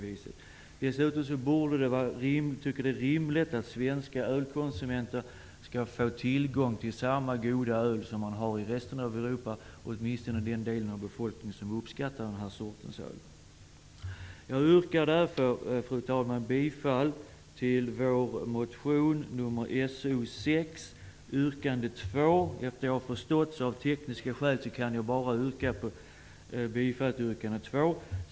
Jag tycker att det är rimligt att svenska ölkonsumenter får tillgång till samma goda öl som finns i resten av Europa -- åtminstone den delen av befolkningen som uppskattar den sortens öl. Fru talman! Jag yrkar bifall till vår motion So6, yrkande 2. Vad jag har förstått finns det tekniska skäl som gör att jag bara kan yrka bifall till yrkande 2.